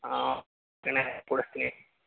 ಹಾಂ ಕೊಡಿಸ್ತೀನಿ